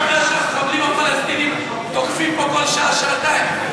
שהפלסטינים תוקפים פה כל שעה-שעתיים.